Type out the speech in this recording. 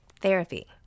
Therapy